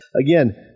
again